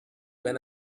when